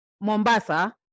Mombasa